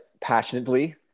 passionately